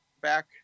back